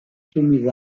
soumis